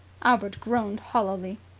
albert groaned hollowly.